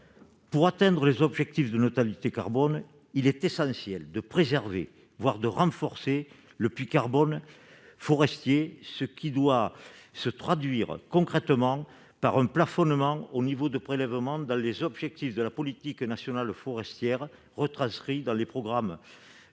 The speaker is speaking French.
Pour atteindre les objectifs de neutralité carbone, il est essentiel de préserver, voire de renforcer le puits de carbone forestier, ce qui doit se traduire concrètement par un plafonnement au niveau des prélèvements dans les objectifs de la politique nationale forestière retranscrite dans le programme